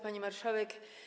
Pani Marszałek!